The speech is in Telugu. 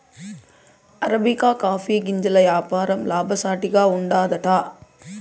అరబికా కాఫీ గింజల యాపారం లాభసాటిగా ఉండాదట